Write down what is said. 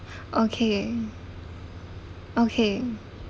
okay okay